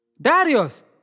Darius